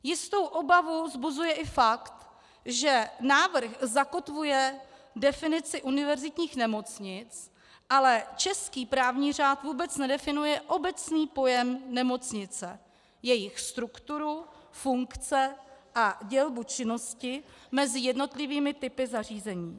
Jistou obavu vzbuzuje i fakt, že návrh zakotvuje definici univerzitních nemocnic, ale český právní řád vůbec nedefinuje obecný pojem nemocnice, jejich strukturu, funkce a dělbu činnosti mezi jednotlivými typy zařízení.